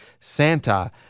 Santa